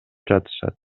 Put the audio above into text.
жатышат